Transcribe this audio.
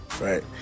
right